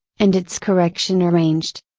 and its correction arranged.